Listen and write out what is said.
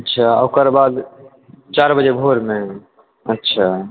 अच्छा ओकर बाद चारि बजे भोरमे अच्छा